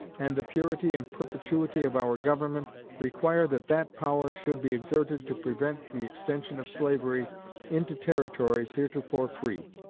and the purity and perpetuity of our government, require that that power should be exerted to prevent the extension of slavery into territories heretofore free.